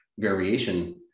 variation